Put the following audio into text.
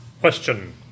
question